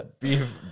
beef